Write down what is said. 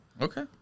Okay